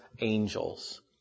angels